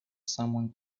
someone